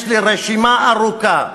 יש לי רשימה ארוכה,